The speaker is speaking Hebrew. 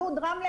לוד-רמלה,